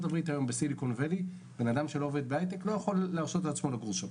הברית מי שלא עובד בהייטק לא יכול להרשות לעצמו לגור שם.